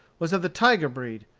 was of the tiger breed,